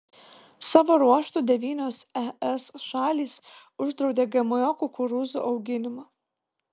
savo ruožtu devynios es šalys uždraudė gmo kukurūzų auginimą